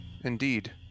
Indeed